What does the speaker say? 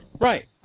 Right